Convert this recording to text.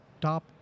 top